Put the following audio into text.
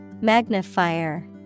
Magnifier